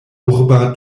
urba